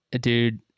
dude